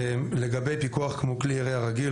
לגבי פיקוח כמו כלי ירייה רגיל,